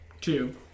two